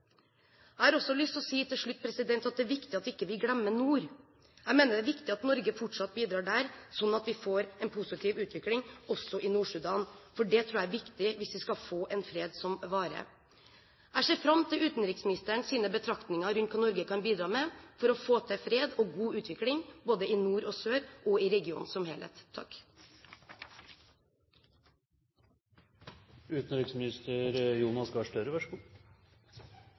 Jeg har også lyst til å si til slutt at det er viktig at vi ikke glemmer nord. Jeg mener det er viktig at Norge fortsatt bidrar der, slik at vi får en positiv utvikling også i Nord-Sudan, for det tror jeg er viktig hvis vi skal få en fred som varer. Jeg ser fram til utenriksministerens betraktninger om hva Norge kan bidra med for å få til fred og god utvikling både i nord og sør og i regionen som helhet.